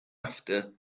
after